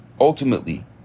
Ultimately